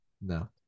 No